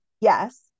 yes